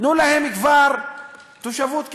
תנו להם כבר תושבות קבע,